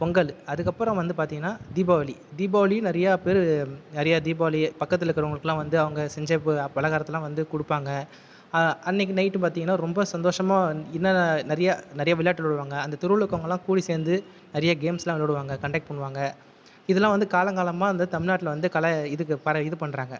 பொங்கல் அதுக்கப்புறம் வந்து பார்த்தீங்கன்னா தீபாவளி தீபாவளி நிறைய பேர் நிறைய தீபாவளி பக்கத்தில் இருக்கவங்காலுக்கு எல்லாம் வந்த அவங்க செஞ்ச பலகாரத்தலம் வந்து கொடுப்பாங்க அன்றைக்கு நைட்டு பார்த்தீங்கன்னா ரொம்ப சந்தோஷமாக இன்னும் நிறைய விளையாட்டு விளையாடுவாங்க அந்த தெருவில் இருக்கவங்கள கூட சேர்ந்து நிறைய கேம்ஸ் எல்லாம் விளையாடுவாங்க காண்டாக்ட் பண்ணுவாங்கள் இதெல்லாம் வந்து காலம் காலமாக இந்த தமிழ்நாட்டில் கலை இது பண்ணுறாங்க